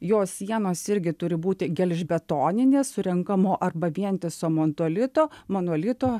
jos sienos irgi turi būti gelžbetoninės surenkamo arba vientiso montolito monolito